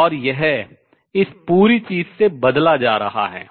और यह इस पूरी चीज़ से बदला जा रहा है